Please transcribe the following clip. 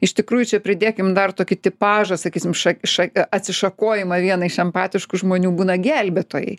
iš tikrųjų čia pridėkim dar tokį tipažą sakysim ša ša atsišakojimą vieną iš empatiškų žmonių būna gelbėtojai